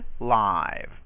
live